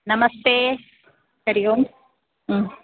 नमस्ते हरिः ओं